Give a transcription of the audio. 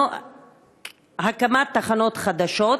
הקמת תחנות חדשות,